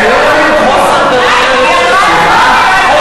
חוסר מה?